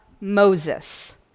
Moses